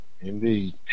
Indeed